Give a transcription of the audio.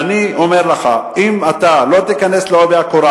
אני אומר לך: אם אתה לא תיכנס בעובי הקורה